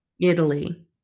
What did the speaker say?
Italy